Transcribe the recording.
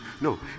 no